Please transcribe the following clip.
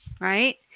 right